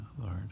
Lord